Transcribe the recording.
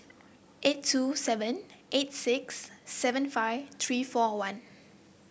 eight two seven eight six seven five three four one